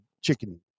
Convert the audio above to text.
chicken